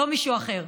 לא מישהו אחר.